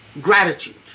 gratitude